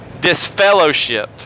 disfellowshipped